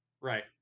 Right